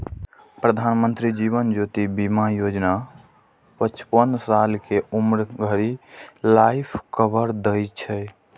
प्रधानमंत्री जीवन ज्योति बीमा योजना पचपन साल के उम्र धरि लाइफ कवर दै छै